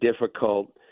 difficult